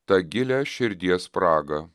tą gilią širdies spragą